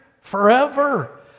forever